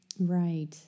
Right